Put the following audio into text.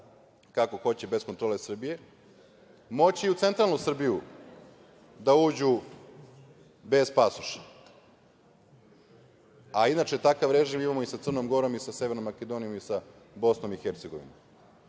kako hoće, bez kontrole Srbije, moći i u centralnu Srbiju da uđu bez pasoša, a inače takav režim imamo i sa Crnom Gorom i sa Severnom Makedonijom i sa Bosnom i Hercegovinom. Da